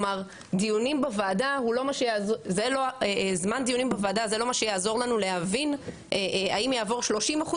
זמן דיונים בוועדה זה לא מה שיעזור לנו להבין האם יעבור 30%,